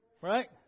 Right